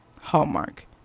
Hallmark